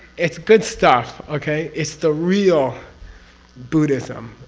it's good stuff. okay? it's the real buddhism.